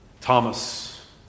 Thomas